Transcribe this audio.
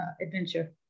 adventure